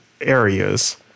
areas